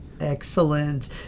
Excellent